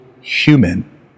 human